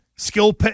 Skill